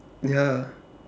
ya